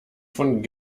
von